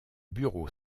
bureau